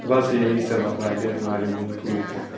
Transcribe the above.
بس یہی سب عقائد ہمارے ملک میں ہیں